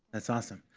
that's awesome.